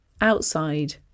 outside